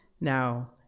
Now